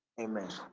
Amen